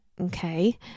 okay